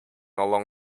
along